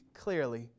clearly